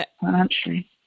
financially